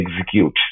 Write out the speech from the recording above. execute